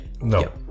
No